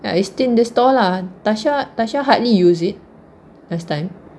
I still the store lah tasha tasha hardly use it last time